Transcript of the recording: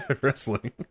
wrestling